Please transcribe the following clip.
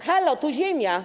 Halo, tu Ziemia.